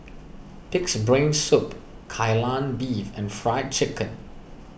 Pig's Brain Soup Kai Lan Beef and Fried Chicken